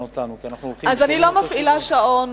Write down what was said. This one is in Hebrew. אז אני לא מפעילה שעון